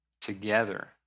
together